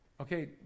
Okay